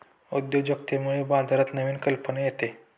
उद्योजकतेमुळे बाजारात नवीन कल्पना येते